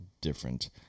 different